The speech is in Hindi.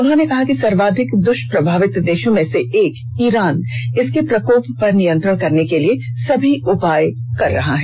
उन्होंने कहा कि सर्वाधिक दुष्प्रभावित देशों में से एक ईरान इसके प्रकोप पर नियंत्रण करने के सभी उपाय कर रहा है